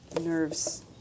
nerves